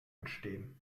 entstehen